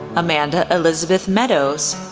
amanda elizabeth meadows,